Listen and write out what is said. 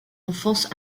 enfance